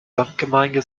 samtgemeinde